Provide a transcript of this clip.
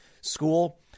school